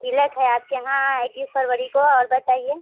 तिलक है आपके यहाँ इक्कीस फरवरी को और बताइए